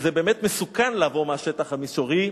שזה באמת מסוכן לעבור מהשטח המישורי,